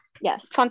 yes